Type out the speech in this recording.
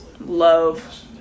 Love